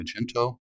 Magento